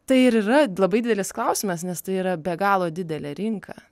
tai ir yra labai didelis klausimas nes tai yra be galo didelė rinka